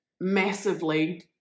massively